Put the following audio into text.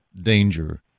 danger